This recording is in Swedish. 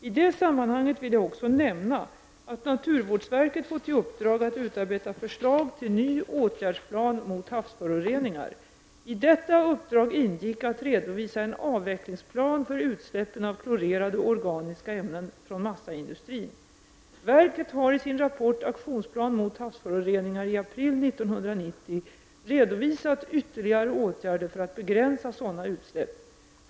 I sammanhanget vill jag också nämna att naturvårdsverket fått i uppdrag att utarbeta förslag till ny åtgärdsplan mot havsföroreningar. I detta uppdrag ingick att redovisa en avvecklingsplan för utsläppen av klorerade organiska ämnen från massaindustrin. Verket har i sin rapport Aktionsplan mot havsföroreningar i april 1990 redovisat ytterligare åtgärder för att begränsa sådana utsläpp.